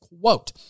quote